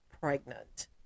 pregnant